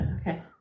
Okay